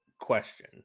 question